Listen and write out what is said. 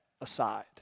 aside